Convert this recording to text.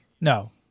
No